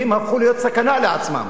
כי הם הפכו להיות סכנה לעצמם.